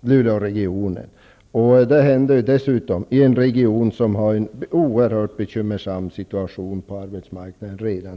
Luleåregionen. Detta sker dessutom i en region som redan tidigare har en oerhört bekymmersam situation på arbetsmarknaden.